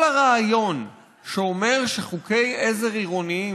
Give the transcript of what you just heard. כל הרעיון שאומר שחוקי עזר עירוניים